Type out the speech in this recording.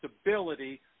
stability